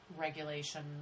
regulation